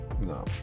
No